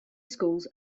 schools